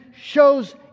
shows